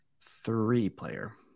Three-player